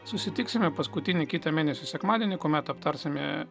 susitiksime paskutinį kitą mėnesio sekmadienį kuomet aptarsime